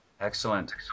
excellent